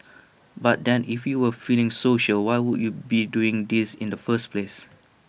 but then if you were feeling social why would you be doing this in the first place